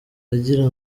agira